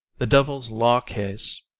the devil's law-case,